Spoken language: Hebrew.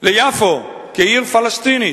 ליפו כעיר פלסטינית.